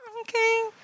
Okay